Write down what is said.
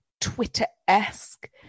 twitter-esque